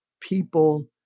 people